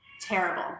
terrible